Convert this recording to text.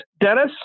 Dennis